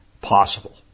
possible